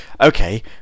Okay